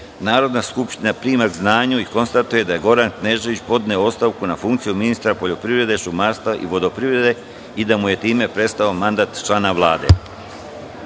Narodna skupština prima k znanju i konstatuje da je Goran Knežević podneo ostavku na funkciju ministra poljoprivrede, šumarstva i vodoprivrede i da mu je time prestao mandat člana